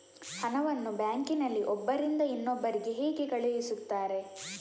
ಹಣವನ್ನು ಬ್ಯಾಂಕ್ ನಲ್ಲಿ ಒಬ್ಬರಿಂದ ಇನ್ನೊಬ್ಬರಿಗೆ ಹೇಗೆ ಕಳುಹಿಸುತ್ತಾರೆ?